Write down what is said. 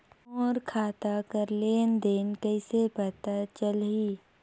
मोर खाता कर लेन देन कइसे पता चलही?